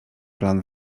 plan